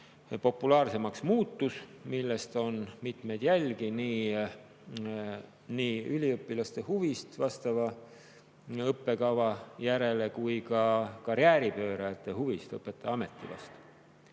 populaarsemaks muutus. On mitmeid jälgi nii üliõpilaste huvist vastava õppekava vastu kui ka karjääripöörajate huvi õpetajaameti vastu.